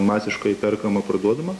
masiškai perkama parduodama